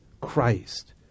Christ